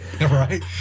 Right